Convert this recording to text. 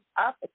up